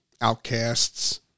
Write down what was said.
outcasts